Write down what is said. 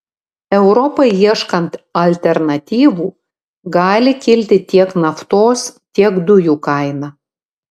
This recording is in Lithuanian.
europai ieškant alternatyvų gali kilti tiek naftos tiek dujų kaina